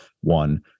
one